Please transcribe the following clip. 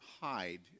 hide